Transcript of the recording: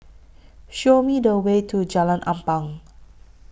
Show Me The Way to Jalan Ampang